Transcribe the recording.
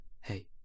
Hey